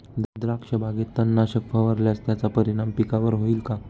द्राक्षबागेत तणनाशक फवारल्यास त्याचा परिणाम पिकावर होईल का?